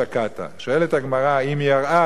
שואלת הגמרא: אם יראה למה שקטה,